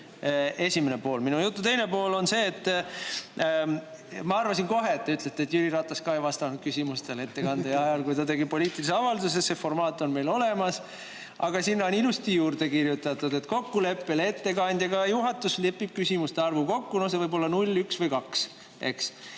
esimene pool. Minu jutu teine pool on see, et ma arvasin kohe, et te ütlete, et Jüri Ratas ka ei vastanud küsimustele, kui ta tegi poliitilisi avaldusi. See formaat on meil olemas, aga sinna on ilusti juurde kirjutatud, et kokkuleppel ettekandjaga lepib juhatus küsimuste arvu kokku. See võib olla null, üks